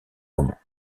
moment